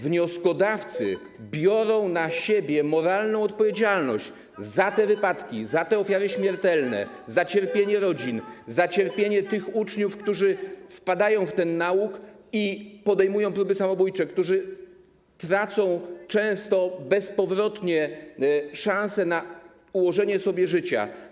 Wnioskodawcy biorą na siebie moralną odpowiedzialność za te wypadki, za ofiary śmiertelne, za cierpienie rodzin, za cierpienie uczniów, którzy wpadają w ten nałóg i podejmują próby samobójcze, którzy tracą często bezpowrotnie szansę na ułożenie sobie życia.